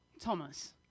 Thomas